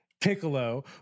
Piccolo